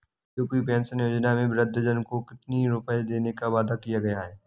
UP pension योजना में वृद्धजन को कितनी रूपये देने का वादा किया गया है?